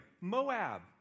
Moab